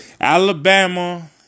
Alabama